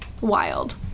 wild